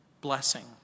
blessing